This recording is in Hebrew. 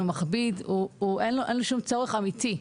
מכביד ושאין בו צורך אמיתי,